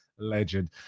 legend